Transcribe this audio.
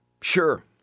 Sure